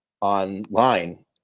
online